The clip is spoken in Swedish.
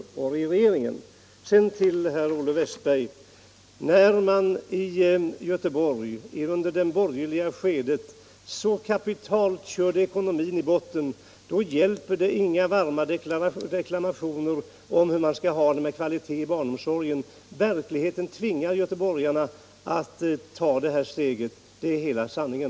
Till herr Olle Wästberg vill jag säga att eftersom man i Göteborg, under det borgerliga skedet, så kapitalt körde ekonomin i botten hjälper inga varma deklarationer om kvaliteten i barnomsorgen. Verkligheten tvingar göteborgarna att ta det här steget. Det är hela sanningen.